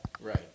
right